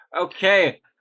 Okay